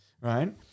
right